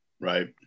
Right